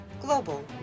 Global